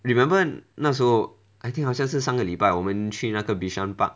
remember 那时候 I think 好像是上个礼拜我们去那个 bishan park